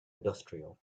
industrial